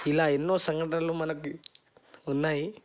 ఇలా ఎన్నో సంఘటనలు మనకి ఉన్నాయి